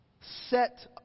set